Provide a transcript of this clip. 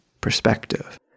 perspective